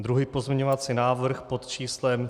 Druhý pozměňovací návrh pod číslem 3841.